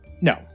No